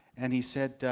and he said,